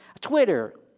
Twitter